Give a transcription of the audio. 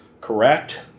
correct